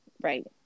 right